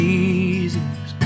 Jesus